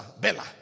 Bella